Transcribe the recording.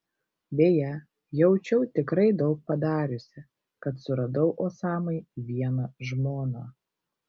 beje jaučiau tikrai daug padariusi kad suradau osamai vieną žmoną